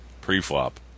pre-flop